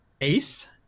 Ace